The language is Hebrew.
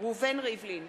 ראובן ריבלין,